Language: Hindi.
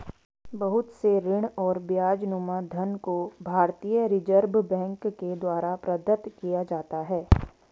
बहुत से ऋण और ब्याजनुमा धन को भारतीय रिजर्ब बैंक के द्वारा प्रदत्त किया जाता है